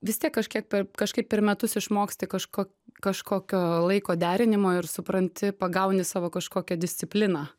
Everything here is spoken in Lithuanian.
vis tiek kažkiek per kažkaip per metus išmoksti kažko kažkokio laiko derinimo ir supranti pagauni savo kažkokią discipliną